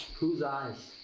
whose eyes?